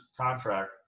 contract